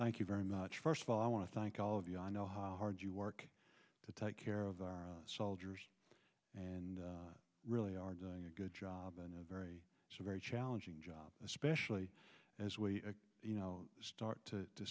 area thank you very much first of all i want to thank all of you i know how hard you work to take care of our soldiers and really are doing a good job and a very very challenging job especially as we you know start to